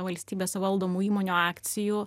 valstybės valdomų įmonių akcijų